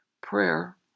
Prayer